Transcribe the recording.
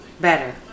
better